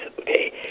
okay